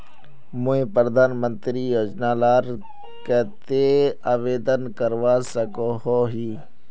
मुई प्रधानमंत्री योजना लार केते आवेदन करवा सकोहो ही?